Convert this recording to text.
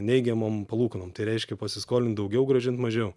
neigiamom palūkanom tai reiškia pasiskolint daugiau grąžint mažiau